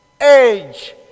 Age